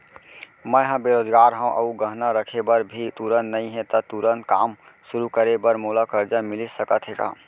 मैं ह बेरोजगार हव अऊ गहना रखे बर भी तुरंत नई हे ता तुरंत काम शुरू करे बर मोला करजा मिलिस सकत हे का?